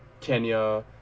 Kenya